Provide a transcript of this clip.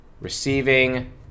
Receiving